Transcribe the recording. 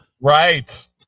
Right